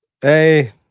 Hey